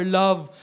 love